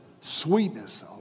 sweetness